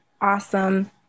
Awesome